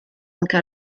anche